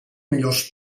millors